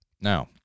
Now